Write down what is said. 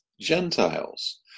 Gentiles